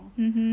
mmhmm